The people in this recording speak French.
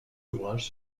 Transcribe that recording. ouvrages